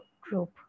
group